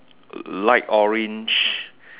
light orange